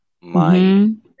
mind